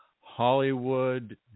Hollywood